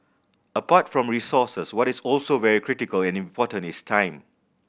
apart from resources what is also very critical and important is time